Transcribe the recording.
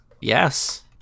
Yes